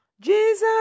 Jesus